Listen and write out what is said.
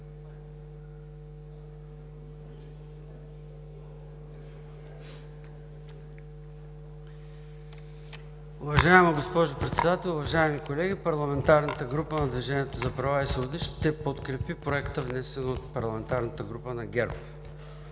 Уважаема госпожо Председател, уважаеми колеги! Парламентарната група на „Движението за права и свободи“ ще подкрепи Проекта, внесен от парламентарната група на ГЕРБ,